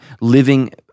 living